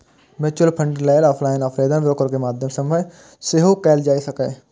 mutual fund लेल offline आवेदन broker के माध्यम सं सेहो कैल जा सकैए